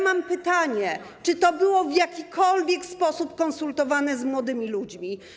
Mam pytanie: Czy to było w jakikolwiek sposób konsultowane z młodymi ludźmi?